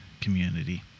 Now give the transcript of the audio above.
community